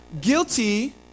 guilty